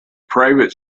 private